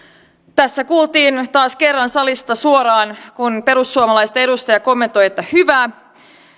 tässä kuultiin taas kerran salista suoraan kun perussuomalaisten edustaja kommentoi että hyvä